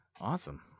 Awesome